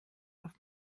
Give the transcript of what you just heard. auf